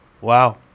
Wow